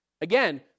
again